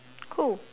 cool